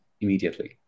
immediately